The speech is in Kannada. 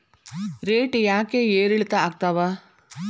ರೇಟ್ ಯಾಕೆ ಏರಿಳಿತ ಆಗ್ತಾವ?